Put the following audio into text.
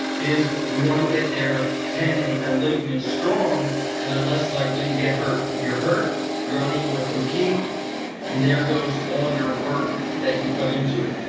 is we want to get their tendons, their ligaments strong so they're less likely to get hurt. if you're hurt you're unable to compete and there goes all your work that you put into it.